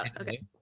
okay